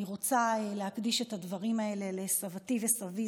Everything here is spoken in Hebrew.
אני רוצה להקדיש את הדברים האלה לסבתי וסבי,